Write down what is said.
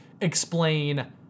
explain